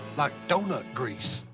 like donut grease!